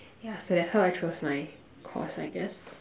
ya so that's how I chose my course I guess